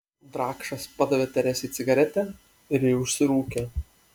drakšas padavė teresei cigaretę ir ji užsirūkė